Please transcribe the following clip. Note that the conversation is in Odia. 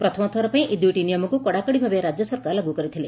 ପ୍ରଥମ ଥର ପାଇଁ ଏହି ଦୁଇଟି ନିୟମକୁ କଡ଼ାକଡ଼ି ଭାବେ ରାଜ୍ୟ ସରକାର ଲାଗୁ କରିଥିଲେ